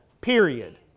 period